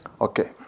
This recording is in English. Okay